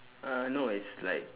uh no it's like